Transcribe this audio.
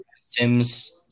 Sims